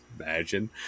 imagine